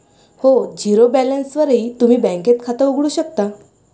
हो, झिरो बॅलन्सवरही तुम्ही बँकेत खातं उघडू शकता